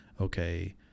okay